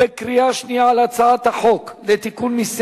בקריאה שנייה על הצעת החוק לתיקון פקודת